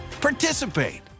participate